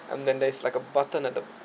and then there's like a button at the